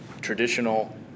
traditional